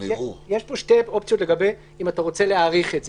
יש כאן שתי אופציות לגבי אם אתה רוצה להאריך את זה.